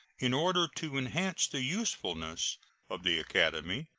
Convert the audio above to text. in order to enhance the usefulness of the academy,